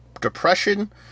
depression